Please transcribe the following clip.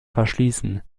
verschließen